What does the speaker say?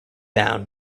down